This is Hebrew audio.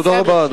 תודה רבה,